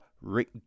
Rick